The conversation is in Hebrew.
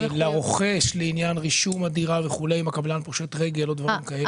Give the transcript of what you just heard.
לרוכש בעניין רישום הדירה אם הקבלן פושט רגל או דברים כאלה?